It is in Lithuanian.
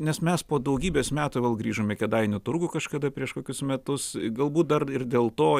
nes mes po daugybės metų vėl grįžom į kėdainių turgų kažkada prieš kokius metus galbūt dar ir dėl to